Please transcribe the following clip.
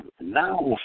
now